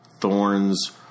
thorns